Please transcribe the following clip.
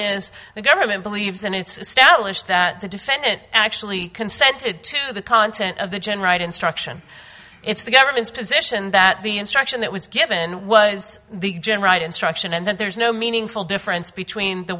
is the government believes and it's established that the defendant actually consented to the content of the gen right instruction it's the government's position that the instruction that was given was the general instruction and then there's no meaningful difference between the